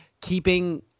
keeping